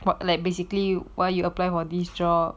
what like basically why you apply for this job